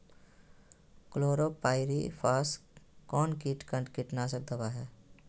Chlorpyrifos कौन किट का कीटनाशक दवा है?